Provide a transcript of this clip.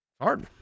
hard